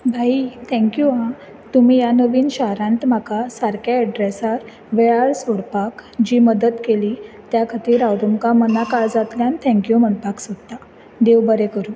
भाई thank you हां तुमी ह्या नवीन शारांत म्हाका सारकें ऍड्रॅसार वेळार सोडपाक जी मदत केली त्या खातीर हांव तुमकां मना काळजांतल्यान थँक यू म्हणपाक सोदता देव बरें करूं